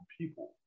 people